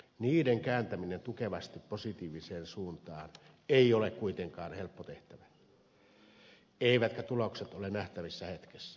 niiden kääntäminen tukevasti positiiviseen suuntaan ei ole kuitenkaan helppo tehtävä eivätkä tulokset ole nähtävissä hetkessä